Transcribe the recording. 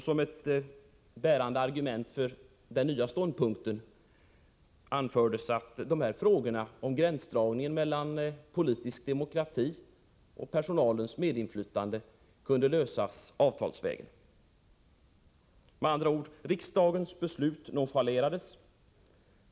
Som ett bärande argument för den nya ståndpunkten anfördes att frågorna om gränsdragningen mellan politisk demokrati och personalens medinflytande kunde lösas avtalsvägen. Med andra ord: Riksdagens beslut nonchalerades.